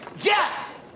Yes